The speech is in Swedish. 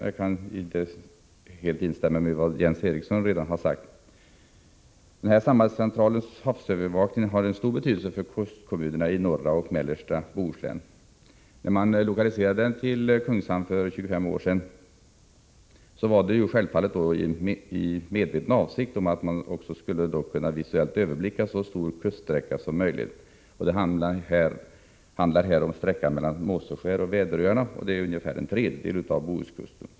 Jag kan helt instämma i vad Jens Eriksson redan har sagt. Denna sambandscentrals havsövervakning har stor betydelse för kustkommunerna i norra och mellersta Bohuslän. När man lokaliserade den till Kungshamn för 25 år sedan var det självfallet i medveten avsikt att kunna visuellt överblicka så stor kuststräcka som möjligt. Det handlar här om sträckan mellan Måseskär och Väderöarna, som utgör omkring en tredjedel av Bohuskusten.